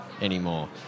anymore